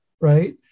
right